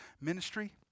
Ministry